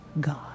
God